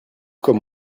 comme